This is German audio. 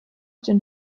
den